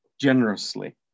generously